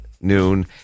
noon